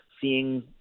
seeing